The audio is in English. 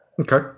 Okay